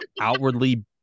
outwardly